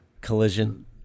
Collision